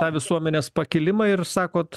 tą visuomenės pakilimą ir sakot